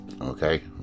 okay